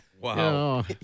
Wow